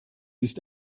ist